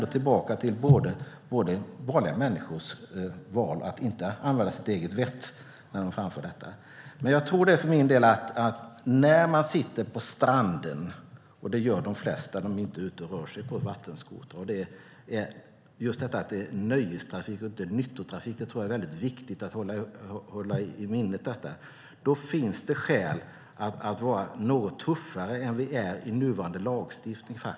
Där kommer man tillbaka till vanliga människors val att inte använda sitt eget vett när de framför dessa fordon. De flesta människor sitter på stranden och är inte ute med vattenskotrar. Att det är nöjestrafik och inte nyttotrafik är också viktigt att hålla i minnet. Det finns därför skäl att vara något tuffare mot detta än vi är med nuvarande lagstiftning.